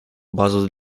базу